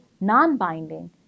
non-binding